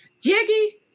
Jiggy